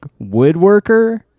woodworker